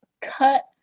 cut